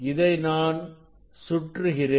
இதை நான் சுற்றுகிறேன்